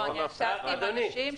אדוני,